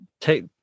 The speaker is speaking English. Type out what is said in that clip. take